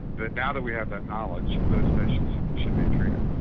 that now that we have that knowledge those patients should should be treated.